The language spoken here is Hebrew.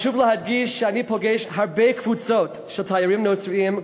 חשוב להדגיש שאני פוגש הרבה קבוצות של תיירים נוצרים,